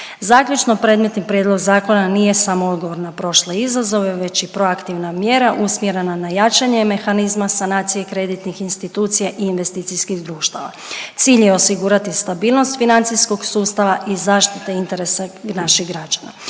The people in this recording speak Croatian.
Zaključno predmetni prijedlog zakona nije samo odgovor na prošle izazove već i proaktivna mjera usmjerena na jačanje mehanizma sanacije kreditnih institucija i investicijskih društava. Cilj je osigurati stabilnost financijskog sustava i zaštita interesa naših građana.